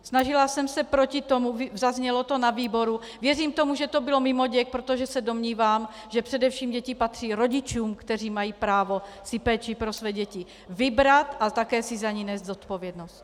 Snažila jsem se proti tomu zaznělo to na výboru, věřím tomu, že to bylo mimoděk, protože se domnívám, že především děti patří rodičům, kteří mají právo si péči o své děti vybrat a také si za ni nést zodpovědnost.